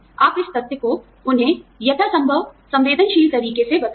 आप इस तथ्य को उन्हें यथासंभव संवेदनशील तरीके से बताएं